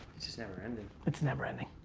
it's just never ending. it's never ending.